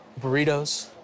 burritos